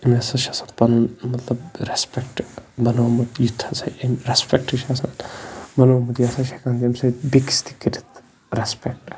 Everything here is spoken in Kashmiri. بیٚیہِ ہَسا چھِ آسان پَنُن مطلب رٮ۪سپٮ۪کٹ بَنومُت یُتھ ہسا أمۍ رٮ۪سپٮ۪کٹ چھِ آسان بنومُت یہِ ہَسا چھِ ہٮ۪کان تَمہِ سۭتۍ بیٚکِس تہِ کٔرِتھ رٮ۪سپٮ۪کٹ